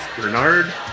Bernard